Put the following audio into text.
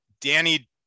danny